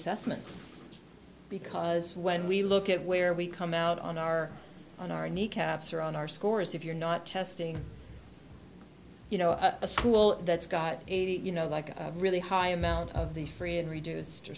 assessments because when we look at where we come out on our on our kneecaps or on our scores if you're not testing you know a school that's got a you know like a really high amount of the free and reduced or